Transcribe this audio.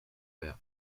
rien